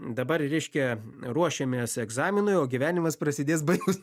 dabar reiškia ruošiamės egzaminui o gyvenimas prasidės baigus